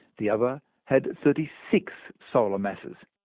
the other had thirty six solar masses.